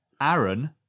Aaron